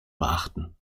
beachten